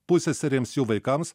pusseserėms jų vaikams